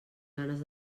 ganes